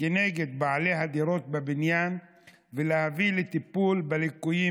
כנגד בעלי הדירות בבניין ולהביא לטיפול בליקויים